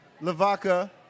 Lavaca